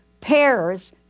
pairs